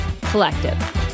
collective